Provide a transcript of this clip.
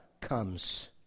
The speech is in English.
comes